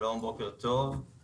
בוקר טוב.